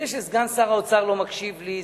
זה שסגן שר האוצר לא מקשיב לי,